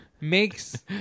makes